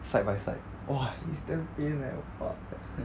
side by side !wah! is damn pain leh